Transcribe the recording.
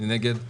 מי נגד?